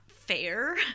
fair